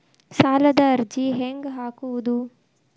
ಸಾಲದ ಅರ್ಜಿ ಹೆಂಗ್ ಹಾಕುವುದು?